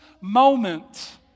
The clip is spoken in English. moment